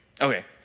Okay